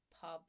pub